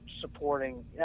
supporting